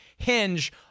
hinge